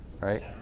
right